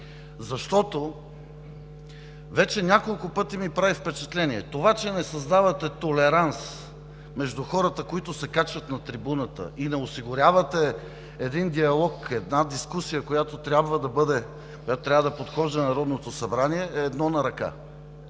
Защото, вече няколко пъти ми прави впечатление това, че не създавате толеранс между хората, които се качват на трибуната, и не осигурявате един диалог, една дискусия, която трябва да подхожда на Народното събрание – е едно на ръка,